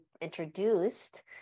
introduced